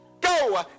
go